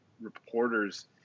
reporters –